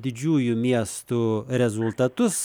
didžiųjų miestų rezultatus